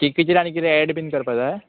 केकीचेर आनी कितें एड बीन करपा जाय